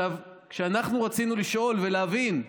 כשאנחנו רצינו לשאול להבין.